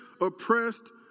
oppressed